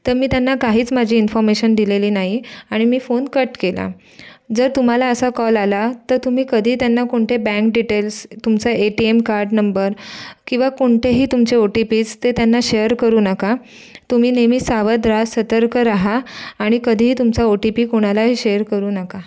तर मी त्यांना काहीच माझी इन्फॉर्मेशन दिलेली नाही आणि मी फोन कट केला जर तुम्हाला असा कॉल आला तर तुम्ही कधी त्यांना कोणते बँक डिटेल्स तुमचं A T M card number किंवा कोणतेही तुमचे ओ टी पीज ते त्यांना शेअर करू नका तुम्ही नेहमी सावध रहा सतर्क रहा आणि कधीही तुमचा ओ टी पी कोणालाही शेअर करू नका